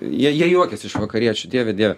jie jie juokiasi iš vakariečių dieve dieve